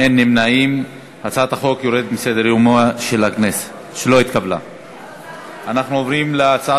ההצעה להסיר מסדר-היום את הצעת חוק